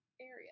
area